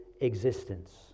existence